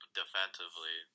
defensively